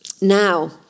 Now